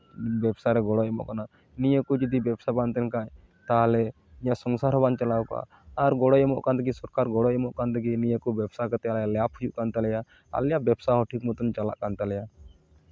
ᱵᱮᱵᱽᱥᱟ ᱨᱮ ᱜᱚᱲᱚᱭ ᱮᱢᱚᱜ ᱠᱟᱱᱟ ᱱᱤᱭᱟᱹ ᱠᱚ ᱡᱩᱫᱤ ᱵᱮᱵᱽᱥᱟ ᱵᱟᱝ ᱛᱟᱦᱮᱱ ᱠᱷᱟᱱ ᱛᱟᱦᱚᱞᱮ ᱤᱧᱟᱹᱜ ᱥᱚᱝᱥᱟᱨ ᱦᱚᱸ ᱵᱟᱝ ᱪᱟᱞᱟᱣ ᱠᱚᱜᱼᱟ ᱟᱨ ᱜᱚᱲᱚᱭ ᱮᱢᱚᱜ ᱠᱟᱱ ᱛᱮᱜᱮ ᱥᱚᱨᱠᱟᱨ ᱜᱚᱲᱚᱭ ᱮᱢᱚᱜ ᱠᱟᱱ ᱛᱮᱜᱮ ᱱᱤᱭᱟᱹ ᱠᱚ ᱵᱮᱵᱽᱥᱟ ᱠᱟᱛᱮᱫ ᱟᱞᱮ ᱞᱟᱵᱷ ᱦᱩᱭᱩᱜ ᱠᱟᱱ ᱛᱟᱞᱮᱭᱟ ᱟᱞᱮᱭᱟᱜ ᱵᱮᱵᱽᱥᱟ ᱦᱚᱸ ᱴᱷᱤᱠ ᱢᱚᱛᱚᱱ ᱪᱟᱞᱟᱜ ᱠᱟᱱ ᱛᱟᱞᱮᱭᱟ